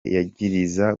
yagiriza